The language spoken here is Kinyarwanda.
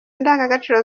indangagaciro